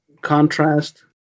contrast